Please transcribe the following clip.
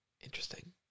Interesting